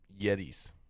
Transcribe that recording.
Yetis